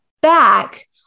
back